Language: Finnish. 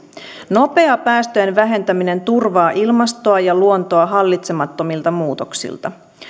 nopea päästöjen vähentäminen turvaa ilmastoa ja luontoa hallitsemattomilta muutoksilta